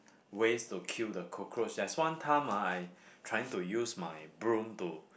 ways to kill the cockroach that's one time ah I trying to use my broom to